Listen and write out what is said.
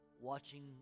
watching